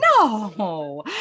no